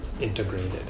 integrated